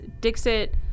Dixit